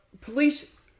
Police